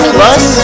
Plus